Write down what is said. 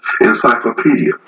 encyclopedia